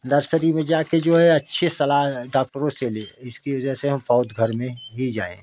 nursery मे जाके जो है अच्छे सलाह डॉक्टरों से ले इसके जैसे हम पौध घर में ही जाएँ